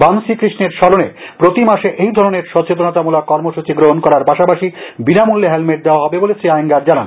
বামসি কৃষ্ণের স্মরণে প্রতি মাসে এই ধরনের সচেতনতামূলক কর্মসূচী গ্রহণ করার পাশাপাশি বিনামূল্যে হেলমেট দেওয়া বলে শ্রী আয়েঙ্গার জানান